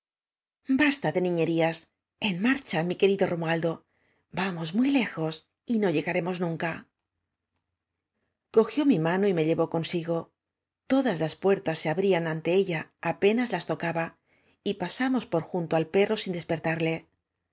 basta de niñerías en marcha raí querido romualdo vamos muy lejos y no llegaremos nunca cogió m i mano y me jlevó consigo todas las puertas se abrían ante ella apenas las tocab a y pasamos por junto al perro sin desper